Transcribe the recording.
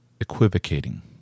equivocating